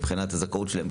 מבחינת הזכאות שלהם,